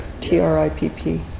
t-r-i-p-p